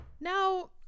Now